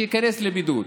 שייכנס לבידוד.